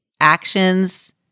Actions